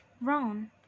Ron